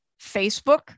Facebook